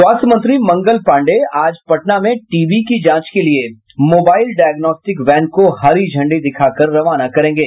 स्वास्थ्य मंत्री मंगल पाण्डेय आज पटना में टीबी की जांच के लिये मोबाईल डायग्नोस्टिक वैन को हरी झंडी दिखाकर रवाना करेंगे